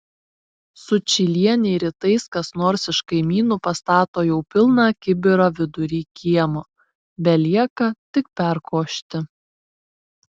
sučylienei rytais kas nors iš kaimynų pastato jau pilną kibirą vidury kiemo belieka tik perkošti